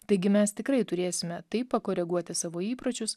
taigi mes tikrai turėsime taip pakoreguoti savo įpročius